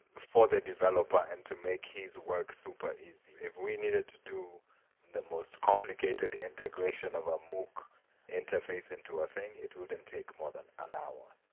for the developer and to make his work super easy. if we needed to do the most complicated integration of a mookh interface into a thing, it wouldn't take more than an hour.